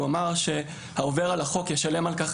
הוא אמר שהעובר על החוק ישלם על כך